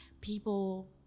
People